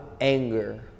anger